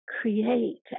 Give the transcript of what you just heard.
create